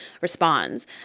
responds